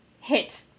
hit